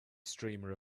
streamer